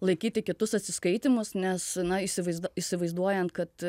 laikyti kitus atsiskaitymus nes na įsivaizduo įsivaizduojant kad